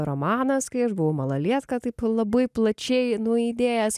romanas kai aš buvau malalietka taip labai plačiai nuaidėjęs